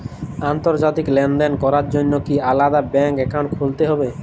আন্তর্জাতিক লেনদেন করার জন্য কি আলাদা ব্যাংক অ্যাকাউন্ট খুলতে হবে?